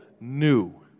new